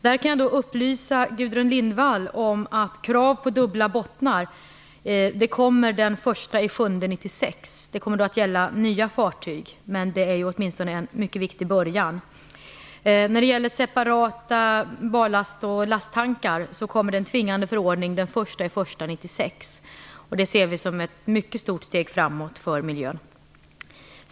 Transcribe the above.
Jag kan upplysa Gudrun Lindvall om att krav på dubbla bottnar införs den 1 juli 1996. Det kommer då att gälla nya fartyg, men det är åtminstone en mycket viktig början. När det gäller separata barlast och lasttankar införs en tvingande förordning den 1 januari 1996. Det ser vi som ett mycket stort steg framåt för miljön.